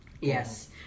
Yes